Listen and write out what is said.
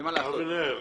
אבנר,